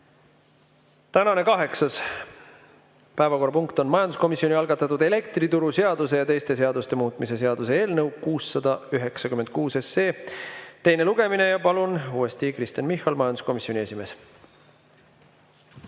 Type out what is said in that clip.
Tänane kaheksas päevakorrapunkt on majanduskomisjoni algatatud elektrituruseaduse ja teiste seaduste muutmise seaduse eelnõu 696 teine lugemine. Palun uuesti [kõnepulti] Kristen Michali, majanduskomisjoni esimehe!